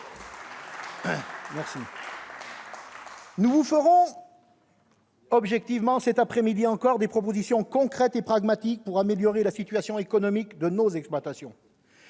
nous vous ferons objectivement des propositions concrètes et pragmatiques pour améliorer la situation économique de nos exploitations.